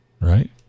right